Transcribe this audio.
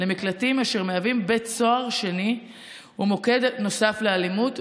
למקלטים אשר מהווים בית סוהר שני ומוקד נוסף לאלימות,